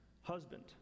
husband